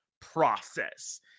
process